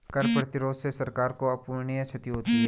कर प्रतिरोध से सरकार को अपूरणीय क्षति होती है